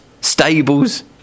stables